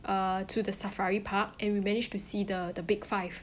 uh to the safari park and we managed to see the the big five